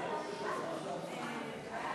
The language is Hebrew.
ההצעה להעביר את הצעת חוק